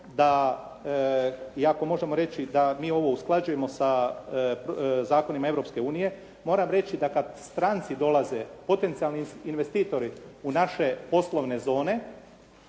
da iako možemo reći da mi ovo usklađujemo sa zakonima Europske unije moram reći da kad stranci dolaze, potencijalni investitori u naše poslovne zone,